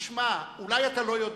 תשמע, אולי אתה לא יודע.